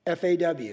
FAW